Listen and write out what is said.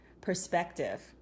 perspective